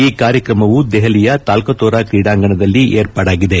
ಈ ಕಾರ್ಯಕ್ರಮವು ದೆಹಲಿಯ ತಾಲ್ಲತೋರ ಕ್ರೀಡಾಂಗಣದಲ್ಲಿ ಏರ್ಪಾಡಾಗಿದೆ